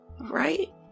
right